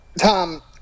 Tom